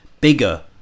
bigger